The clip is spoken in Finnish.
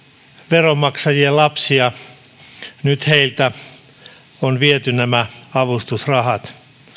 veronmaksajien lapsia ja nyt heiltä on viety nämä avustusrahat